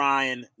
Ryan